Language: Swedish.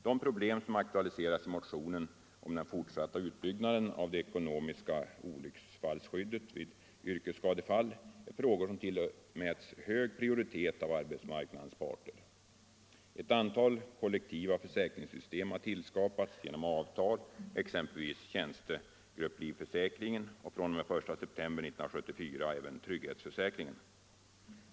De problem som aktualiseras i motionen om den fortsatta utbyggnaden av det ekonomiska olycksfallsskyddet vid yrkesskadefall är frågor som tillmäts hög prioritet av arbetsmarknadens parter. Ett antal kollektiva försäkringssystem har skapats genom avtal, exempelvis tjänstegrupplivförsäkringen och fr.o.m. den 1 september 1974 trygghetsförsäkringen.